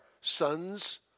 sons